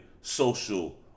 social